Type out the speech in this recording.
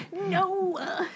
No